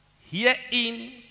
herein